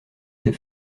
des